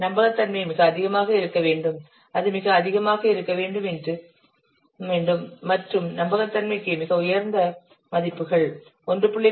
நம்பகத்தன்மை மிக அதிகமாக இருக்க வேண்டும் அது மிக அதிகமாக இருக்க வேண்டும் மற்றும் நம்பகத்தன்மைக்கு மிக உயர்ந்த மதிப்புகள் 1